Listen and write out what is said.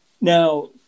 Now